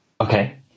Okay